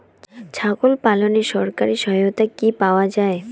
ছাগল পালনে সরকারি সহায়তা কি পাওয়া যায়?